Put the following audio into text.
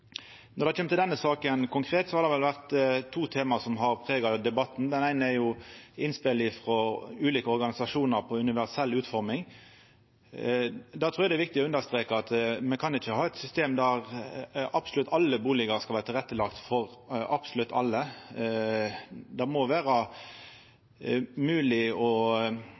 Når det kjem til denne saka konkret, er det to tema som har prega debatten. Det eine er innspel om universell utforming frå ulike organisasjonar. Eg trur det er viktig å understreka at me ikkje kan ha eit system der absolutt alle bustader skal vera tilrettelagde for absolutt alle. Det må vera